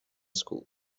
school